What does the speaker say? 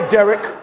Derek